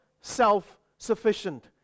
self-sufficient